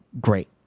great